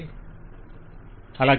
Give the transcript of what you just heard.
client అలాగే